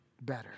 better